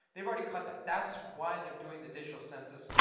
they've already cut that. that's why they're doing the digital census.